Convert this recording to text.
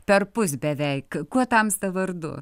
perpus beveik kuo tamsta vardu